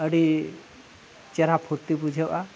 ᱟᱹᱰᱤ ᱪᱮᱨᱦᱟ ᱯᱷᱩᱨᱛᱤ ᱵᱩᱡᱷᱟᱹᱜᱼᱟ